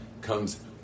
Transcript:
Comes